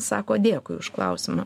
sako dėkui už klausimą